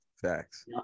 Facts